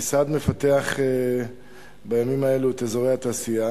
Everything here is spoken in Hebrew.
המשרד מפתח בימים האלה את אזורי התעשייה.